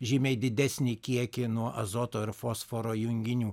žymiai didesnį kiekį nuo azoto ir fosforo junginių